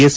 S